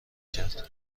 کرد